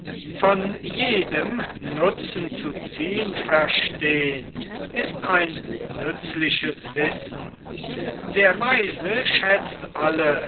von jedem nutzen zu ziehn verstehn ist ein nützliches wissen der weise schätzt alle